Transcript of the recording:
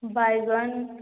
ବାଇଗଣ